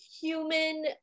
human